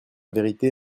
vérité